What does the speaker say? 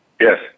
yes